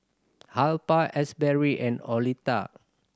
Alpha Asberry and Oleta